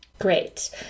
Great